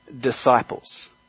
disciples